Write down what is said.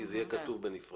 כי זה יהיה כתוב בנפרד.